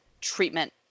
treatment